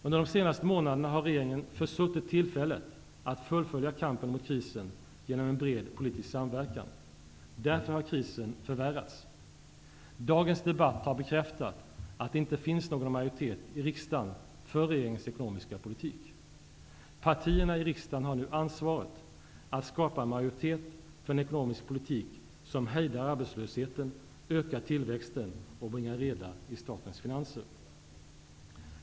Under de senaste månaderna har regeringen försuttit tillfället att genom en bred politisk samverkan fullfölja kampen mot krisen. Därför har krisen förvärrats. Dagens debatt har bekräftat att någon majoritet inte finns i riksdagen för regeringens ekonomiska politik. Partierna i riksdagen har nu ansvaret att skapa en majoritet för en ekonomisk politik som hejdar arbetslösheten, ökar tillväxten och bringar reda i statens finanser.